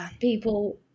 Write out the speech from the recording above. people